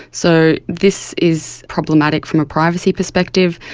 so this is problematic from a privacy perspective.